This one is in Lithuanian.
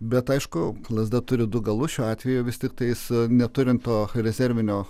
bet aišku lazda turi du galus šiuo atveju vis tiktai su neturint to rezervinio